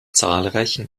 zahlreichen